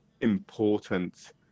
important